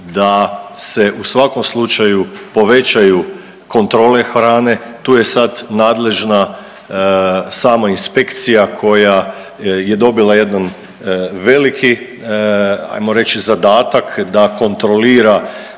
da se u svakom slučaju povećaju kontrole hrane, tu je sad nadležna sama inspekcija koja je dobila jedan veliki ajmo reći zadatak da kontrolira